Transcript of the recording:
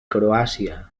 croàcia